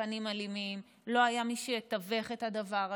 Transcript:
לתכנים אלימים, לא היה מי שיתווך את הדבר הזה,